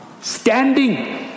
standing